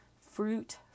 fruit